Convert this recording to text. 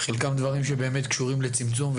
חלקם דברים שבאמת קשורים לצמצום,